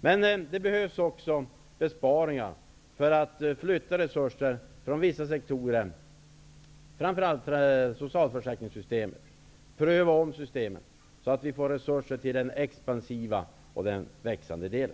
Men det behövs också besparingar för att flytta resurser från vissa sektorer, framför allt socialförsäkringssystemen, och för att ompröva dessa system, så att vi får resurser för den expansiva delen.